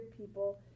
people